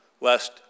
lest